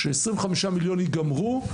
ש- 25 מיליון ייגמרו,